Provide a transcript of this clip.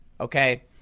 okay